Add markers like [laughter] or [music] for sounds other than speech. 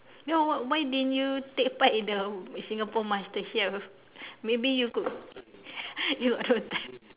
no what what why didn't you take part in the Singapore master chef [laughs] maybe you could [laughs] you no time